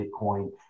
Bitcoin